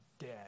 dead